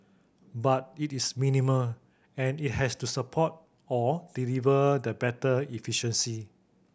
but it is minimal and it has to support or deliver the better efficiency